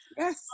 Yes